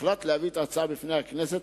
הוחלט להביא את ההצעה בפני הכנסת,